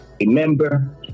remember